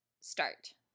start